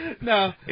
No